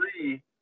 three